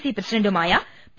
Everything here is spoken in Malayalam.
സി പ്രസിഡന്റുമായ പി